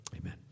Amen